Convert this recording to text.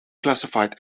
classified